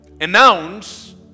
Announce